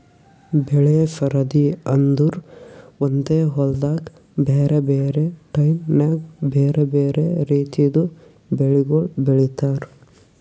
ಬೆಳೆ ಸರದಿ ಅಂದುರ್ ಒಂದೆ ಹೊಲ್ದಾಗ್ ಬ್ಯಾರೆ ಬ್ಯಾರೆ ಟೈಮ್ ನ್ಯಾಗ್ ಬ್ಯಾರೆ ಬ್ಯಾರೆ ರಿತಿದು ಬೆಳಿಗೊಳ್ ಬೆಳೀತಾರ್